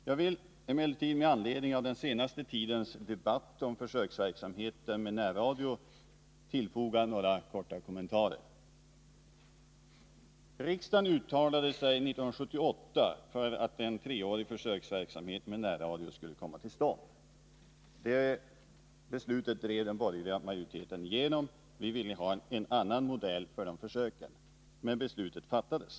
Jag vill emellertid, med anledning av den senaste tidens debatt om försöksverksamheten med närradio, tillfoga några korta kommentarer. Riksdagen uttalade sig 1978 för att en treårig försöksverksamhet med närradio skulle komma till stånd. Det beslutet drev den borgerliga majoriteten igenom; vi socialdemokrater ville ha en annan modell för de Nr 28 försöken, men beslutet fattades.